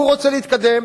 והוא רוצה להתקדם?